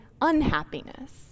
unhappiness